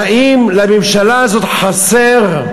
האם לממשלה הזאת חסר?